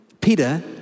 Peter